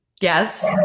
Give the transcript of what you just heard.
Yes